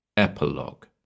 Epilogue